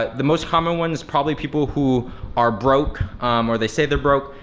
ah the most common one is probably people who are broke or they say they're broke,